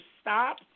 stop